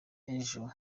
ejo